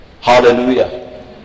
Hallelujah